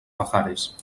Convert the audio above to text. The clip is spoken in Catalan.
pajares